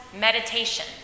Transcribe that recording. meditation